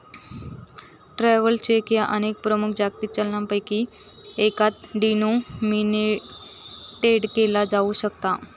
travellers cheque ह्या अनेक प्रमुख जागतिक चलनांपैकी एकात डिनोमिनेटेड केला जाऊ शकता